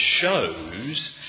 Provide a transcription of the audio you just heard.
shows